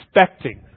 expecting